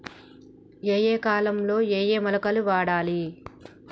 ఏయే కాలంలో ఏయే మొలకలు వాడాలి?